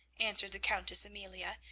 answered the countess amelia,